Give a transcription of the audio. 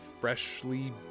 freshly